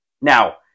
Now